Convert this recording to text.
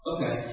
Okay